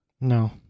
No